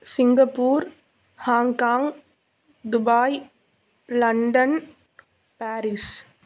Singapore Hong Kong Dubai London Paris